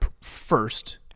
first